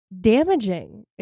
damaging